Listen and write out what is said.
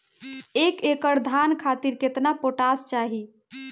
एक एकड़ धान खातिर केतना पोटाश चाही?